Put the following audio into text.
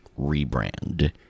rebrand